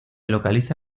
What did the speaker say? localiza